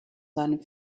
seinem